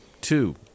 Two